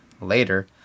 Later